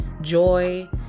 joy